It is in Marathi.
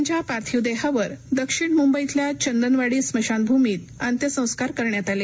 त्यांच्या पार्थिव देहावर दक्षिण मुंबईतल्या चंदनवाडी स्मशानभूमीत अंत्यसंस्कार करण्यात आले